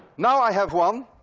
now i have one